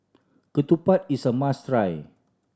ketupat is a must try